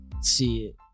see